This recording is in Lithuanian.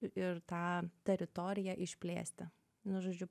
ir tą teritoriją išplėsti nu žodžiu